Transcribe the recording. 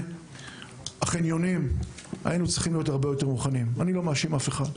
החניונים, אני לא מאשים אף אחד.